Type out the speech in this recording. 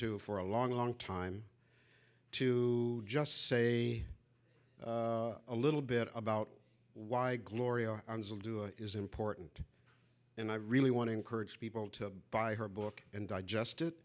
to for a long long time to just say a little bit about why gloria is important and i really want to encourage people to buy her book and digest it